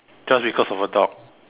just because of a dog